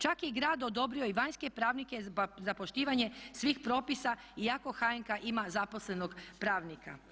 Čak je i grad odobrio i vanjske pravnike za poštivanje svih propisa iako HNK ima zaposlenog pravnika.